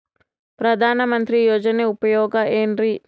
ಪ್ರಧಾನಮಂತ್ರಿ ಯೋಜನೆ ಉಪಯೋಗ ಏನ್ರೀ?